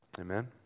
Amen